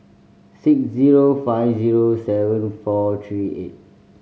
six zero five zero seven four three eight